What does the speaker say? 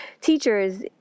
teachers